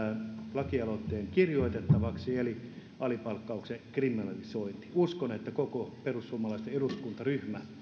lakialoitteen jättää kirjoitettavaksi alipalkkauksen kriminalisoinnista uskon että koko perussuomalaisten eduskuntaryhmä